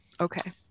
okay